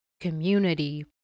community